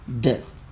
death